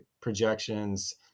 projections